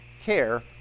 care